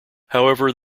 however